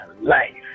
life